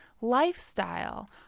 lifestyle